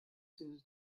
since